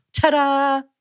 Ta-da